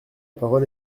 parole